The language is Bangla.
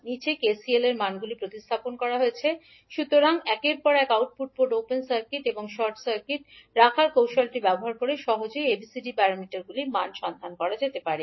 KCL উপরের মানগুলি প্রতিস্থাপন অতএব সুতরাং একের পর এক আউটপুট পোর্ট ওপেন সার্কিট এবং শর্ট সার্কিট রাখার কৌশলটি ব্যবহার করে সহজেই ABCD প্যারামিটারের মানগুলি সন্ধান করুন